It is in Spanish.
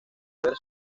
haber